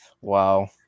Wow